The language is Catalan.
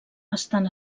estan